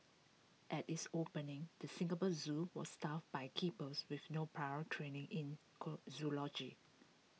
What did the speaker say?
at its opening the Singapore Zoo was staffed by keepers with no prior training in zoology